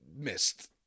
missed